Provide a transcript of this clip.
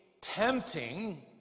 tempting